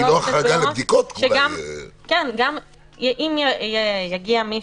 אם יגיע מישהו,